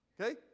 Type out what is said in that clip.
okay